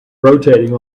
rotating